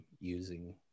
using